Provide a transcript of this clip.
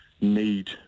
need